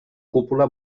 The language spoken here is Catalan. cúpula